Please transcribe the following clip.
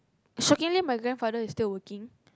shockingly my grandfather is still working